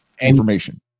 information